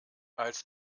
als